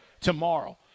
tomorrow